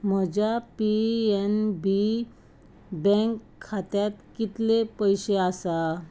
म्हज्या PNB bank खात्यांत कितले पयशे आसा